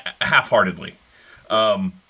half-heartedly